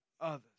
others